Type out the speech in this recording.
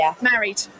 married